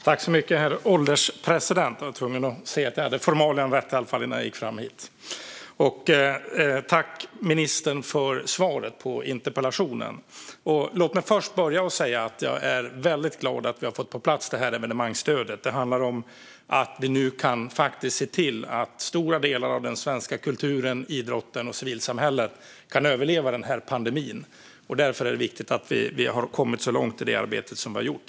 Herr ålderspresident! Tack, ministern, för svaret på interpellationen! Låt mig börja med att säga att jag är väldigt glad att vi har fått det här evenemangsstödet på plats. Nu kan vi faktiskt se till att stora delar av den svenska kulturen och idrotten och stora delar det svenska civilsamhället kan överleva denna pandemi. Därför är det viktigt att vi har kommit så långt i detta arbete som vi har gjort.